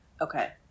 Okay